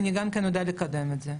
אני גם יודעת לקדם את זה.